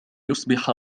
يصبح